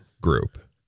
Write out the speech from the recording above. group